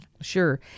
Sure